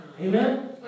Amen